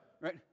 Right